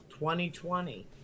2020